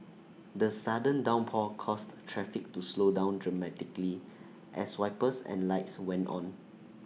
the sudden downpour caused traffic to slow down dramatically as wipers and lights went on